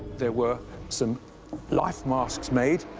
there were some life masks made.